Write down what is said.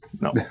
No